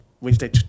Wednesday